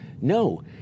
No